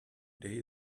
day